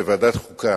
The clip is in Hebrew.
בוועדת חוקה,